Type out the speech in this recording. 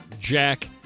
Jack